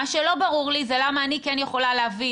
מה שלא ברור לי זה למה אני כן יכולה להביא